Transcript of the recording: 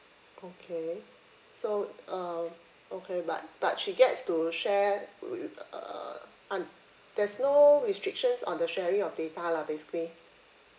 okay so uh okay but but she gets to share with uh un~ there's no restrictions on the sharing of data lah basically